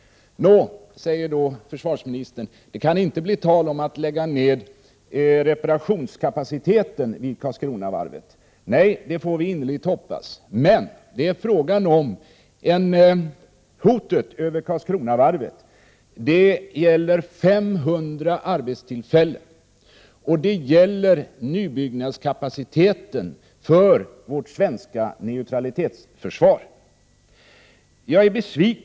Försvarsministern säger att det inte kan bli tal om att lägga ned reparationskapaciteten vid Karlskronavarvet. Nej, det får vi innerligen hoppas. Men 500 arbetstillfällen vid Karlskronavarvet och nybyggnadskapaciteten för vårt svenska neutralitetsförsvar är hotade.